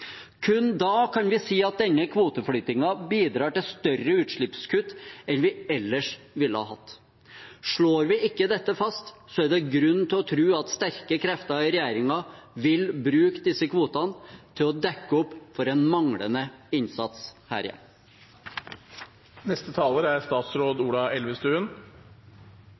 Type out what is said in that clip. Kun da kan vi si at denne kvoteflyttingen bidrar til større utslippskutt enn vi ellers ville hatt. Slår vi ikke dette fast, er det grunn til å tro at sterke krefter i regjeringen vil bruke disse kvotene til å dekke opp for en manglende innsats her